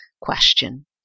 question